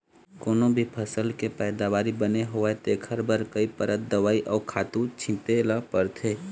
कोनो भी फसल के पइदावारी बने होवय तेखर बर कइ परत दवई अउ खातू छिते ल परथे